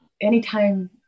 anytime